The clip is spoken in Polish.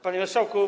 Panie Marszałku!